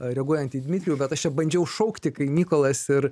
reaguojant į dmitrijų bet aš čia bandžiau šaukti kai mykolas ir